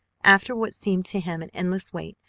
after what seemed to him an endless wait,